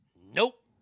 Nope